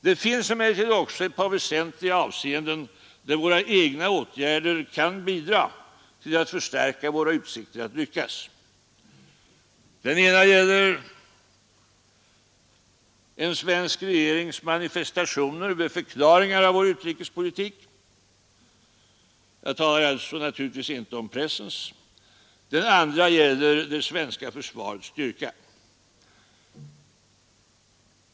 Det finns emellertid också ett par väsentliga avseenden där våra egna åtgärder kan bidra till att förstärka våra utsikter att lyckas. Det ena gäller en svensk regerings manifestationer vid förklaringar om vår utrikespolitik — jag talar här naturligtvis inte om pressens. Det andra gäller det svenska försvarets styrka.